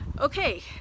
okay